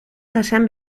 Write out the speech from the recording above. jasan